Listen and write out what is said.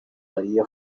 mariya